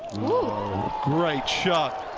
great shot.